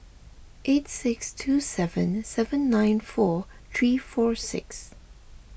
eight six two seven seven nine four three four six